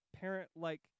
parent-like